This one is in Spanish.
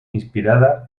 inspirada